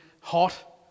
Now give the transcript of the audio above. hot